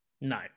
No